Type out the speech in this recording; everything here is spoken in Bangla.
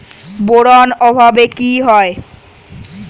বোরন অভাবে কি হয়?